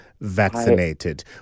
vaccinated